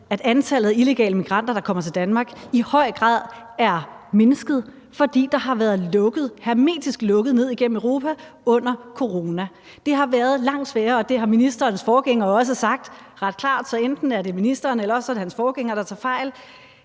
at antallet af illegale immigranter, der kommer til Danmark, i høj grad er mindsket, fordi der har været lukket – hermetisk lukket – ned igennem Europa under corona. Det har været langt sværere, og det har ministerens forgænger også sagt ret klart, så enten er det ministeren eller også er det hans forgænger, der tager fejl.